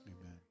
Amen